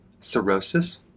cirrhosis